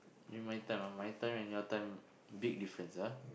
during my time ah my time and your time big difference ah